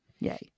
Yay